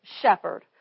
shepherd